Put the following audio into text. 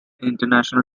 international